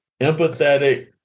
empathetic